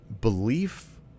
belief